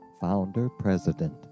founder-president